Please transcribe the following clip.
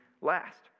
last